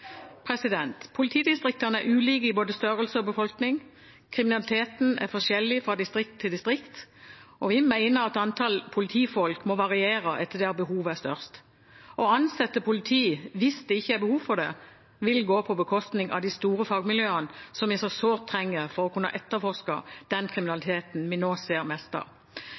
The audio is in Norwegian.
budsjetter. Politidistriktene er ulike i både størrelse og befolkning. Kriminaliteten er forskjellig fra distrikt til distrikt. Vi mener at antall politifolk må variere etter der behovet er størst. Å ansette politi hvis det ikke er behov for det, vil gå på bekostning av de store fagmiljøene som vi så sårt trenger for å kunne etterforske den kriminaliteten vi nå ser mest av.